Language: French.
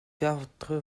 quatre